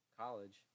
college